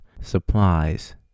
supplies